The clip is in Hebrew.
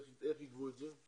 איך ייגבו את זה?